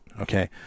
okay